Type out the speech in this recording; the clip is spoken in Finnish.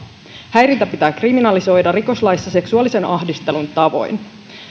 häirintä pitää kriminalisoida rikoslaissa seksuaalisen ahdistelun tavoin